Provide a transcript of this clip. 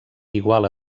igual